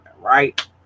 right